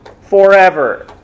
forever